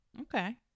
Okay